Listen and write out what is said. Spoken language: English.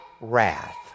wrath